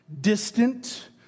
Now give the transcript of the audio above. distant